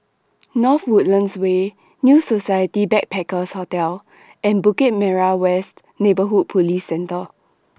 North Woodlands Way New Society Backpackers' Hotel and Bukit Merah West Neighbourhood Police Centre